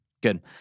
good